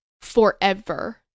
forever